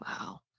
Wow